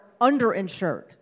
underinsured